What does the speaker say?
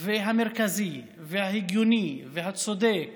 והמרכזי וההגיוני והצודק